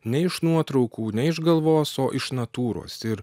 ne iš nuotraukų ne iš galvos o iš natūros ir